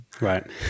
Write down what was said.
Right